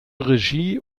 regie